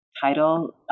title